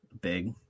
big